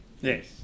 Yes